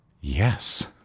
Yes